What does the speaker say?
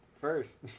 first